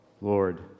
Lord